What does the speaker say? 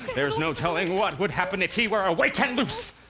there's no telling what would happen if he were awake and loose.